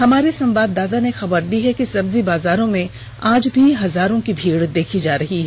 हमारे संवाददाता ने खबर दी है कि सब्जी बाजारों में आज भी हजारों की भीड़ देखी जा रही है